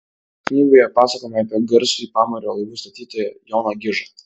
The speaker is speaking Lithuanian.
knygoje pasakojama apie garsųjį pamario laivų statytoją joną gižą